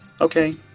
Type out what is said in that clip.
Okay